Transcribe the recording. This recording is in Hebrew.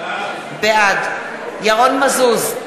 בעד ירון מזוז,